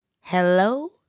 Hello